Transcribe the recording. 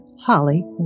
Holly